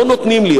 לא נותנים לי.